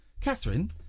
Catherine